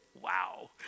Wow